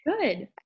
Good